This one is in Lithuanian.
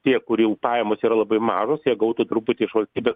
tie kurių pajamos yra labai mažos jie gautų truputį iš valstybės